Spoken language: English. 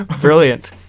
Brilliant